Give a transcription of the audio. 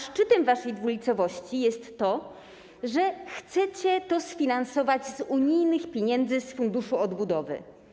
Szczytem waszej dwulicowości jest to, że chcecie to sfinansować z unijnych pieniędzy z Funduszu Odbudowy.